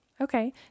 Okay